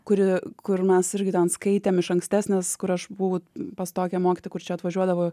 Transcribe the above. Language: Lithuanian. kuri kur mes irgi ten skaitėme iš ankstesnės kur aš buvau pas tokią mokyti kur čia atvažiuodavo